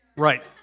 Right